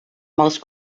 most